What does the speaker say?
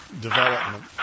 development